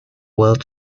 world